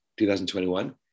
2021